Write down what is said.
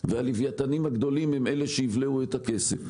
והלווייתנים הגדולים הם אלה שיבלעו את הכסף.